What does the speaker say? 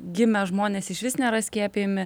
gimę žmonės išvis nėra skiepijami